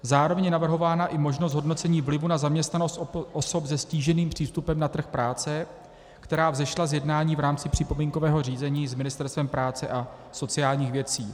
Zároveň je navrhována i možnost hodnocení vlivu na zaměstnanost osob se ztíženým přístupem na trh práce, která vzešla z jednání v rámci připomínkového řízení s Ministerstvem práce a sociálních věcí.